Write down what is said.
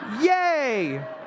yay